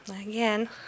again